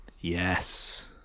Yes